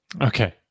Okay